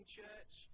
church